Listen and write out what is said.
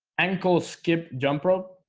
ankle skip jump rope.